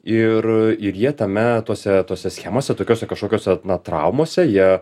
ir ir jie tame tose tose schemose tokiose kažkokiose na traumose jie